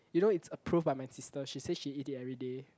you know it's approved by my sister she say she eat it everyday